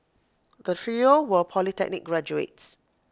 the trio were polytechnic graduates